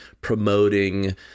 promoting